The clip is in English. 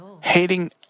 hating